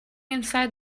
inside